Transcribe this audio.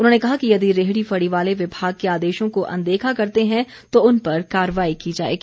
उन्होंने कहा कि यदि रेहड़ी फड़ी वाले विभाग के आदेशों को अनदेखा करते हैं तो उन पर कार्रवाई की जाएगी